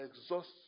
exhaust